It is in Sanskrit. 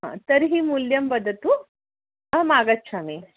हा तर्हि मूल्यं वदतु अहमागच्छामि